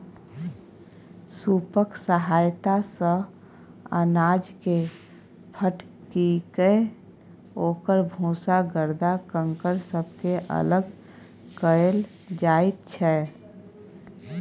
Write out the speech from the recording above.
सूपक सहायता सँ अनाजकेँ फटकिकए ओकर भूसा गरदा कंकड़ सबके अलग कएल जाइत छै